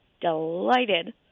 delighted